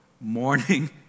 morning